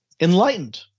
enlightened